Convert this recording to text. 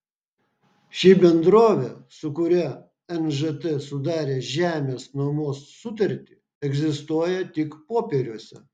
ši bendrovė su kuria nžt sudarė žemės nuomos sutartį egzistuoja tik popieriuose